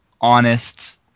honest